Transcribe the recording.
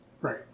Right